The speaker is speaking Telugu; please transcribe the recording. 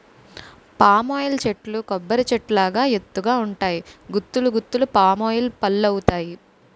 పామ్ ఆయిల్ చెట్లు కొబ్బరి చెట్టు లాగా ఎత్తు గ ఉంటాయి గుత్తులు గుత్తులు పామాయిల్ పల్లువత్తాయి